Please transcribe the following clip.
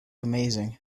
amazing